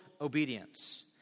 Obedience